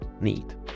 neat